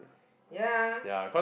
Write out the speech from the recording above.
ya